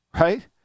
right